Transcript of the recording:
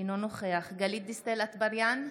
אינו נוכח גלית דיסטל אטבריאן,